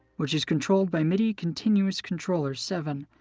which is controlled by midi continuous controller seven.